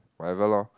whatever lor